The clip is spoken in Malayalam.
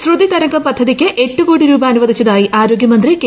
ശ്രുതി തരംഗം പദ്ധതിക്ക് എട്ട് കോടി രൂപ്പ് അനുവദിച്ചതായി ആരോഗൃമന്ത്രി കെ